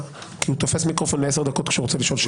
כי הוא תופס מיקרופון 10 דקות כשהוא רוצה לשאול שאלה.